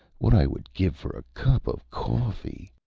what i would give for a cup of coffee.